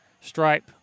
stripe